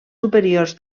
superiors